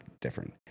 different